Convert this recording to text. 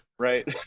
Right